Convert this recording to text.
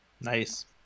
nice